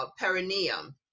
perineum